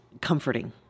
comforting